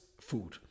food